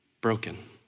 broken